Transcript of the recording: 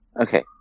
Okay